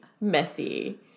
messy